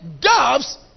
doves